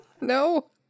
No